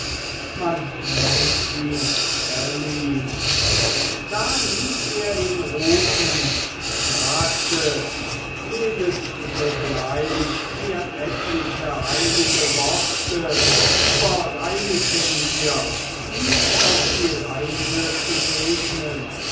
man nennt ihn bellyn da ließ er ihn rufen sagte leset sogleich mir etliche heilige worte über reineken hier ihn auf die reise zu segnen